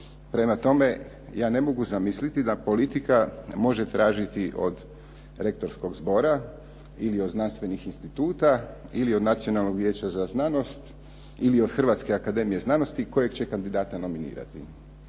Prema tome, ja ne mogu zamisliti da politika može tražiti od rektorskog zbora ili od znanstvenih instituta ili od Nacionalnog vijeća za znanost ili od Hrvatske akademije znanosti kojeg će kandidata nominirati.